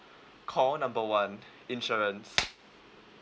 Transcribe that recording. call number one insurance